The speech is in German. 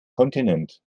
kontinent